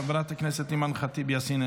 חברת הכנסת אימאן ח'טיב יאסין,